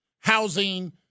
housing